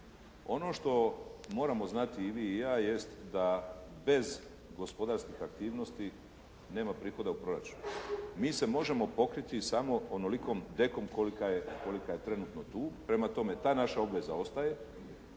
Ono što moramo znati i vi i ja jest da bez gospodarskih aktivnosti nema prihoda u proračunu. Mi se možemo pokriti samo onolikom dekom kolika je trenutno tu. Prema tome, ta naša obveza ostaje